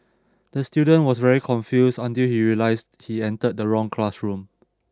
the student was very confused until he realised he entered the wrong classroom